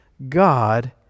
God